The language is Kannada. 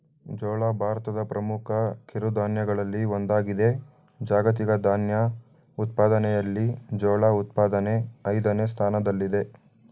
ಜೋಳ ಭಾರತದ ಪ್ರಮುಖ ಕಿರುಧಾನ್ಯಗಳಲ್ಲಿ ಒಂದಾಗಿದೆ ಜಾಗತಿಕ ಧಾನ್ಯ ಉತ್ಪಾದನೆಯಲ್ಲಿ ಜೋಳ ಉತ್ಪಾದನೆ ಐದನೇ ಸ್ಥಾನದಲ್ಲಿದೆ